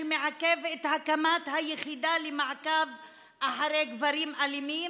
שמעכב את הקמת היחידה למעקב אחר גברים אלימים,